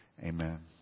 Amen